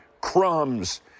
Crumbs